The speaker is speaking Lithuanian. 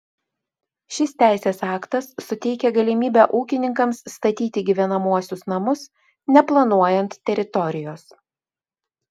šis teisės aktas suteikia galimybę ūkininkams statyti gyvenamuosius namus neplanuojant teritorijos